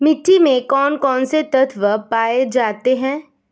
मिट्टी में कौन कौन से तत्व पाए जाते हैं?